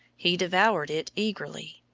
he devoured it eagerly.